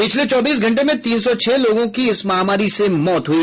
पिछले चौबीस घंटे में तीन सौ छह लोगों की इस महामारी से मौत हुई